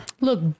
Look